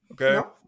Okay